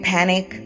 Panic